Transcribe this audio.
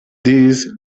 these